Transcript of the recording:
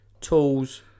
Tools